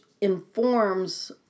informs